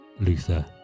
Luther